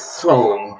song